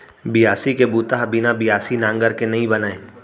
बियासी के बूता ह बिना बियासी नांगर के नइ बनय